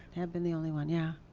have been the only one, yeah.